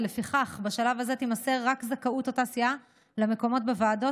ולפיכך בשלב הזה תימסר רק זכאות אותה סיעה למקומות בוועדות,